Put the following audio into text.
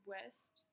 West